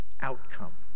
outcome